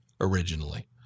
originally